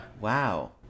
Wow